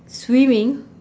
swimming